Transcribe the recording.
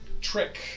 Trick